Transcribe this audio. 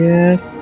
Yes